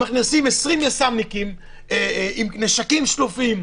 נכנסים 20 יס"מניקים עם נשקים שלופים,